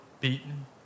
beaten